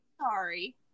sorry